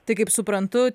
tai kaip suprantu